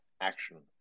action